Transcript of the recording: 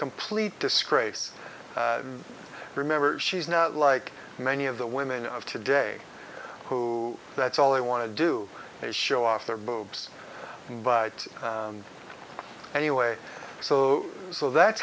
complete disgrace remember she's now like many of the women of today who that's all they want to do is show off their boobs and anyway so so that's